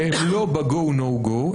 שהם לא ב-go no go,